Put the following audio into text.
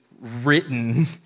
written